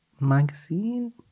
magazine